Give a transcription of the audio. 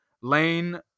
lane